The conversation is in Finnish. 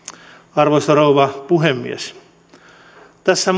arvoisa rouva puhemies tässä